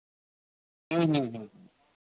ᱦᱮᱸ ᱦᱮᱸ